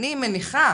אני מניחה